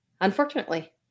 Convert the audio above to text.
Unfortunately